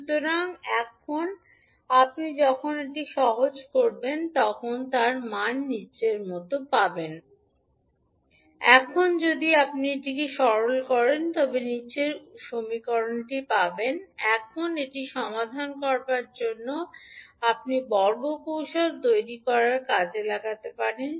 সুতরাং এখন আপনি যখন এটি সহজ করবেন আপনি মান পাবেন এখন যদি আপনি সরল করেন এখন এটি সমাধান করার জন্য আপনি বর্গ কৌশল তৈরির কাজে লাগিয়ে দেবেন